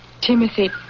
Timothy